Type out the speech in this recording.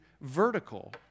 vertical